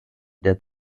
der